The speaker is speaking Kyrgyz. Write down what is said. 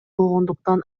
болгондуктан